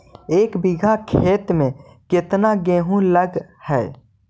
एक बिघा खेत में केतना गेहूं लग है?